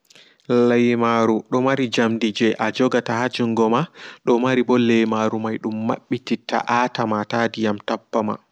Lemaaru domari jamdi jei ajogata ha jungoma domariɓo lemaaru mai dum maɓɓititta atama ta diyam tappama.